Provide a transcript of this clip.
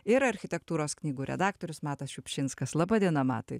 ir architektūros knygų redaktorius matas šiupšinskas laba diena matai